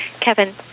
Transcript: Kevin